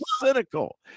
cynical